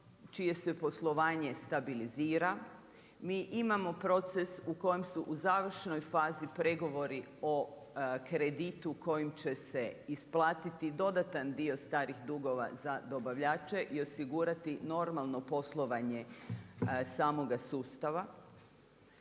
čije se stanje stabilizira, mi imamo proces u kojem su u završnoj fazi pregovori o kreditu kojim će se isplatiti dodatan dio starih dugova za dobavljače i osigurati normalno poslovanje samoga sustava.